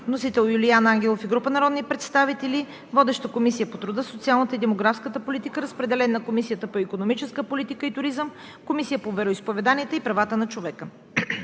Вносител е Юлиан Ангелов и група народни представители. Водеща е Комисията по труда, социалната и демографската политика. Разпределен е на Комисията по икономическа политика и туризъм и Комисията по вероизповеданията и правата на човека.